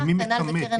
מי מכמת?